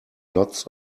lots